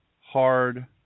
hard